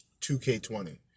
2K20